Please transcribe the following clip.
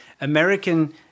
American